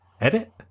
edit